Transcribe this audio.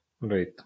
Right